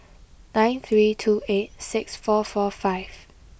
nine three two eight six four four five